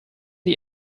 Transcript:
die